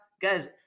guys